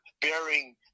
bearing